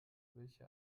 welche